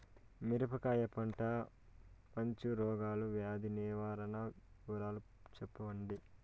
మిరపకాయ పంట మచ్చ రోగాల వ్యాధి నివారణ వివరాలు చెప్పండి?